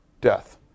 death